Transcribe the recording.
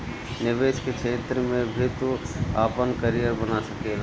निवेश के क्षेत्र में भी तू आपन करियर बना सकेला